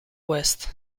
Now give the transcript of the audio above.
west